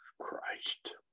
Christ